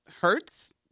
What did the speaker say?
hurts